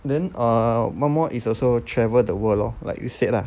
then err one more is also travel the world lor like you said lah